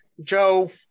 joe